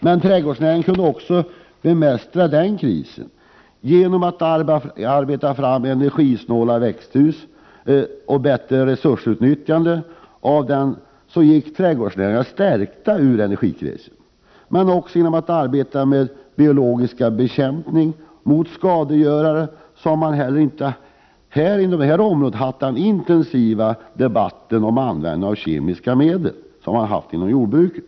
Men trädgårdsnäringen kunde också bemästra den krisen genom att arbeta fram energisnåla växthus och bättre utnyttja resurserna. Trädgårdsnäringen gick stärkt ur den krisen. Det berodde även på att man använde biologiska bekämpningsmedel mot skadegörare. På detta område har man inte haft den intensiva debatt om användningen av kemiska bekämpningsmedel som man haft inom jordbruket.